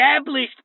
established